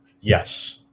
yes